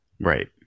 Right